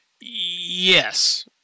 Yes